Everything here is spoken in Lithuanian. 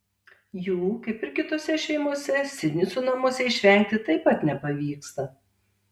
jų kaip ir kitose šeimose sinicų namuose išvengti taip pat nepavyksta